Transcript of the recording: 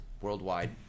worldwide